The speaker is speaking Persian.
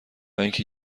اینکه